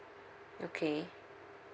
okay